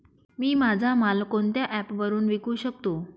मी माझा माल कोणत्या ॲप वरुन विकू शकतो?